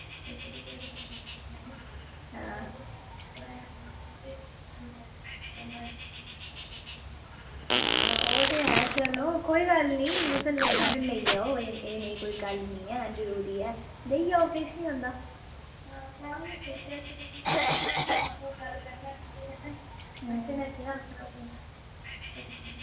आं आं ओह् ते ऐ चलो कोई गल्ल निं तुसें लैना तां लेई जाओ एह् नेईं गल्ल निं जरूरी ऐ लेई जाओ किश निं होंदा अं